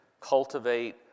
cultivate